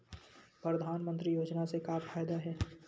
परधानमंतरी योजना से का फ़ायदा हे?